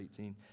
18